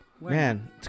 Man